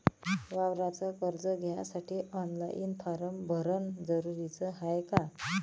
वावराच कर्ज घ्यासाठी ऑनलाईन फारम भरन जरुरीच हाय का?